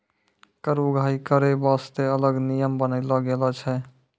कर उगाही करै बासतें अलग नियम बनालो गेलौ छै